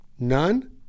None